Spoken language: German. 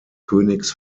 königs